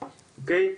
אוקיי?